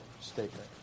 statement